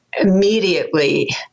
immediately